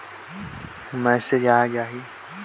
मोला कइसे पता चलही की फोन रिचार्ज और लेनदेन होइस हे?